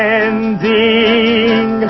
ending